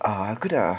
ah aku dah